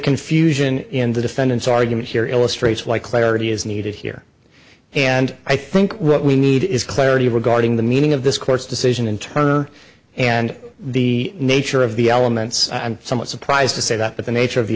confusion in the defendant's argument here illustrates why clarity is needed here and i think what we need is clarity regarding the meaning of this court's decision and turner and the nature of the elements i'm somewhat surprised to say that but the nature of the